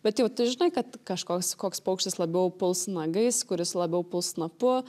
bet jau tu žinai kad kažkoks koks paukštis labiau puls nagais kuris labiau puls snapu